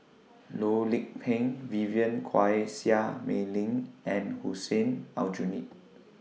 Loh Lik Peng Vivien Quahe Seah Mei Lin and Hussein Aljunied